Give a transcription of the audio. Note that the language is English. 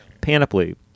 Panoply